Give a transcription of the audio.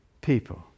people